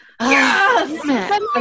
Yes